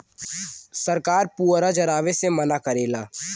सरकार पुअरा जरावे से मना करेला